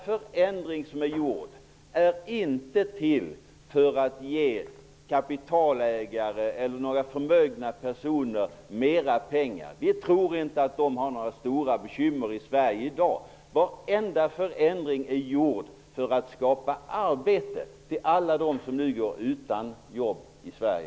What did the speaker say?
Förändringar har inte gjorts för att ge kapitalägare eller andra förmögna personer mera pengar. Vi tror inte att de har några stora bekymmer i Sverige i dag. Varenda förändring är gjord för att skapa arbete till alla dem som nu går utan jobb i Sverige.